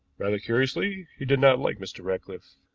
rather curiously, he did not like mr. ratcliffe.